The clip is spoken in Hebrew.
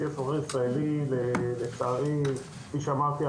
צי הסוחר הישראלי לצערי כפי שאמרתי,